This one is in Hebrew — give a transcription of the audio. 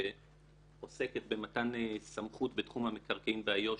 שעוסקת במתן סמכות בתחום המקרקעין באיו"ש